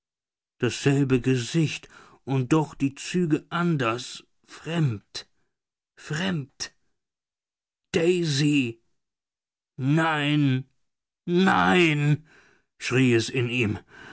dasselbe gesicht und doch die züge anders fremd fremd daisy nein nein schrie es in ihm